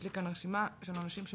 יש לי כאן רשימה של אנשים.